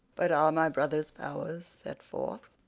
but are my brother's powers set forth?